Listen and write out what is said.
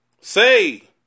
Say